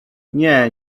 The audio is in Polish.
nie